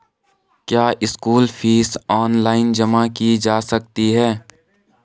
क्या school fees online जमा की जा सकती है?